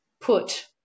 put